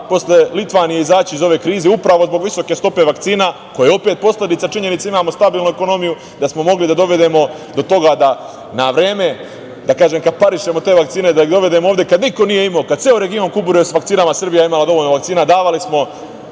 prva posle Litvanije izaći iz ove krize upravo zbog visoke stope vakcina koja je opet posledica činjenice da imamo stabilnu ekonomiju, da smo mogli da dovedemo do toga da na vreme, da kaparišemo te vakcine, da ih dovedemo ovde kad niko nije imao, kad je ceo region kuburio sa vakcinama Srbija je imala dovoljno vakcina, davali smo